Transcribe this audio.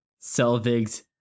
Selvig's